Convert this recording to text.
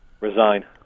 Resign